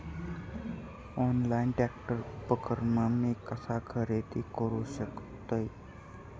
Online tractor उपकरण मी कसा खरेदी करू शकतय?